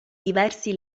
diversi